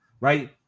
right